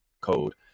code